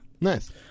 Nice